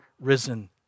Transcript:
risen